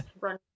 run